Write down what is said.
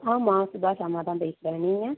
ஆமாம் சுபாஷ் அம்மா தான் பேசுகிறேன் நீங்கள்